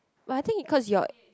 but I think it cause your